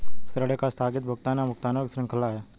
ऋण एक आस्थगित भुगतान, या भुगतानों की श्रृंखला है